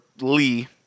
Lee